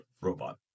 robot